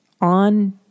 on